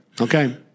Okay